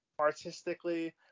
artistically